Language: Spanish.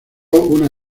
una